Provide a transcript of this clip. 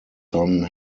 son